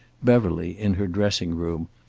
beverly in her dressing-room,